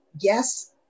yes